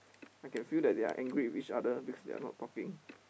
I can feel that they are angry with each other because they are not talking